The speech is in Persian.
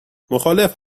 مخالف